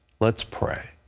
let's pray.